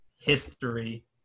history